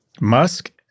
Musk